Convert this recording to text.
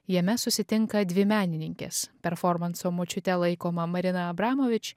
jame susitinka dvi menininkės performanso močiute laikoma marina abramovič